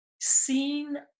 seen